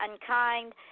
unkind